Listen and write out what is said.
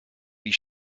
wie